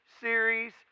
series